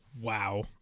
Wow